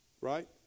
right